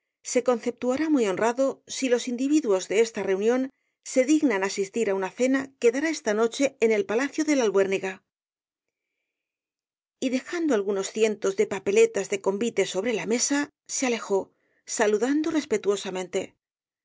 se conceptuará muy honrado si los individuos de esta reunión se dignan asistir á una cena que dará esta noche en el palacio de la albuérniga y dejando algunos cientos de papeletas de convite sobre la mesa se alejó saludando respetuosamente